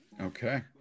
Okay